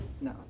no